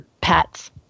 pets